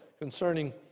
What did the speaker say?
concerning